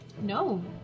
No